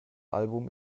album